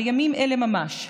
בימים אלה ממש,